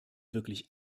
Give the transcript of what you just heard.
wirklich